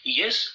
yes